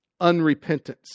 unrepentance